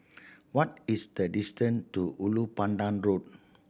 what is the distance to Ulu Pandan Road